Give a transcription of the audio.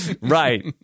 Right